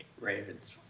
Ravens